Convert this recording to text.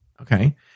Okay